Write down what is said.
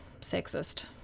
sexist